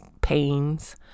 pains